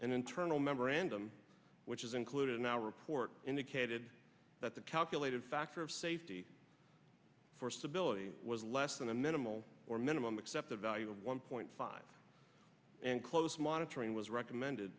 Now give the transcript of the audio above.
an internal memorandum which is included in our report indicated that the calculated factor of safety for stability was less than a minimal or minimum except the value of one point five and close monitoring was recommended